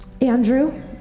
Andrew